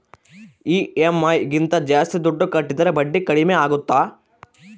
EMI ಗಿಂತ ಜಾಸ್ತಿ ದುಡ್ಡು ಕಟ್ಟಿದರೆ ಬಡ್ಡಿ ಕಡಿಮೆ ಆಗುತ್ತಾ?